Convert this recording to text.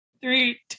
Three